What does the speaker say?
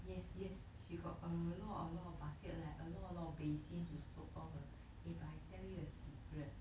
yes yes she got a lot a lot of bucket leh a lot a lot of basin to soak all her eh but I tell you a secret